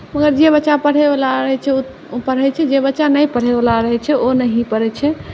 मगर जे बच्चा पढ़यवला रहैत छै ओ पढ़ैत छै जे बच्चा नहि पढ़यवला रहैत छै ओ नहिए पढ़ैत छै